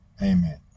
amen